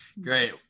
Great